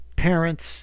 parents